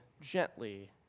gently